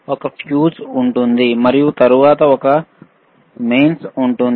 ఒక ఫ్యూజ్ ఉంది మరియు తరువాత ఒక మెయిన్స్ ఉంది